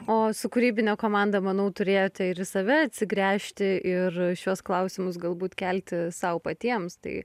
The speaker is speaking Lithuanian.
o su kūrybine komanda manau turėjote ir į save atsigręžti ir šiuos klausimus galbūt kelti sau patiems tai